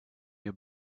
your